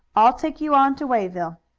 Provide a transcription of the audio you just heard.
i'll take you on to wayville.